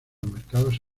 mercados